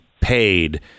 paid